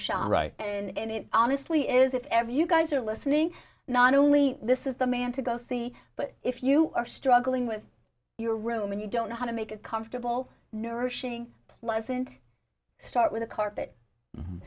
shop right and it honestly is if ever you guys are listening not only this is the man to go see but if you are struggling with your room and you don't know how to make a comfortable nourishing pleasant start with a carpet